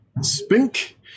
Spink